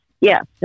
yes